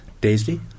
Daisy